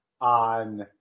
on